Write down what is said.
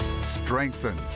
strengthen